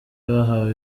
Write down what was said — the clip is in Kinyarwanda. bahawe